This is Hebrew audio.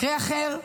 מקרה אחר,